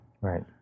Right